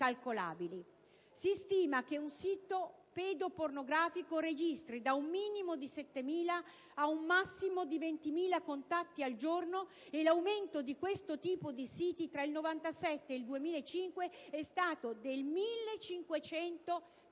Si stima che un sito pedopornografico registri da un minimo di 7.000 ad un massimo di 20.000 contatti al giorno; l'aumento di questo tipo di siti tra il 1997 ed il 2005 è stato del 1.500 per